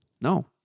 No